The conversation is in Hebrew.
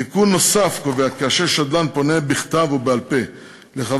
תיקון נוסף קובע: כאשר שדלן פונה בכתב או בעל-פה לחבר